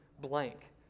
blank